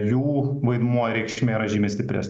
jų vaidmuo reikšmė yra žymiai stiprenė